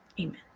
amen